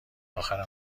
آخر